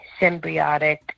symbiotic